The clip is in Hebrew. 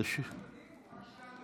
את זה אנחנו יודעים.